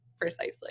precisely